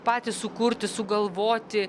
patys sukurti sugalvoti